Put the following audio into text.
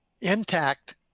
intact